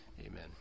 Amen